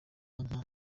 nka